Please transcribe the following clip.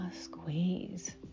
squeeze